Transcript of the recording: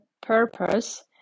purpose